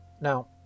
Now